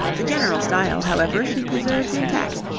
the general style, however, she preserves intact,